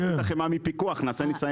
נוריד את החמאה מפיקוח ונעשה ניסיון.